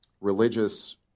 Religious